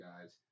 guys